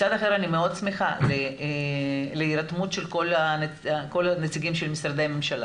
אני מאוד שמחה על ההירתמות של כל הנציגים של משרדי הממשלה